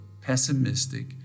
pessimistic